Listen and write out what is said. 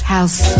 House